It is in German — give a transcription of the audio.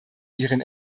ihren